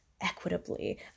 equitably